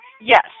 Yes